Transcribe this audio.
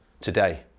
today